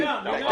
מילה.